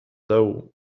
though